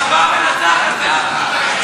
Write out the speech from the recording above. אחריו, חברת הכנסת מיכל רוזין.